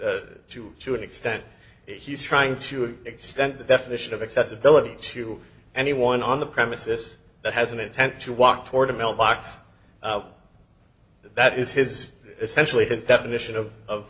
limit to to an extent he's trying to extend the definition of accessibility to anyone on the premises that has an attempt to walk toward a mill box that is his essentially his definition of